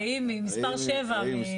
ההיא, מספר 7, מפלגת עבודה.